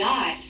God